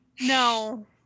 no